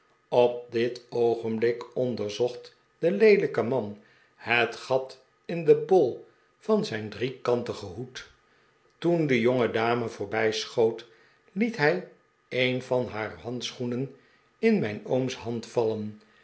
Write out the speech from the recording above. op dit oogenblik onderzocht de leelijke man het gat in den bol van zijn driekantigen hoed toen de jongedame voorbijschoof liet zij een van haar handschoenen in mijn ooms hand